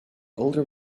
older